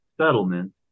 settlement